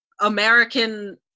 American-